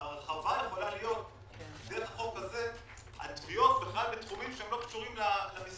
והנושא של הסיעודי- -- יש ביטוח חיים שהוא לא למקרה